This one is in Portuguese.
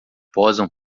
posam